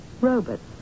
robots